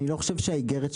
אני לא חושב שהאיגרת,